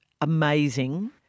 amazing